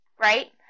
Right